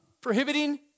prohibiting